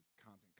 content